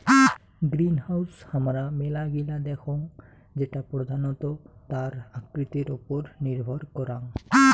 greenhouse হামারা মেলা গিলা দেখঙ যেটা প্রধানত তার আকৃতির ওপর নির্ভর করাং